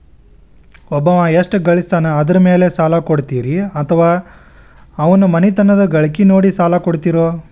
ಒಬ್ಬವ ಎಷ್ಟ ಗಳಿಸ್ತಾನ ಅದರ ಮೇಲೆ ಸಾಲ ಕೊಡ್ತೇರಿ ಅಥವಾ ಅವರ ಮನಿತನದ ಗಳಿಕಿ ನೋಡಿ ಸಾಲ ಕೊಡ್ತಿರೋ?